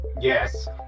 Yes